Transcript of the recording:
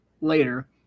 later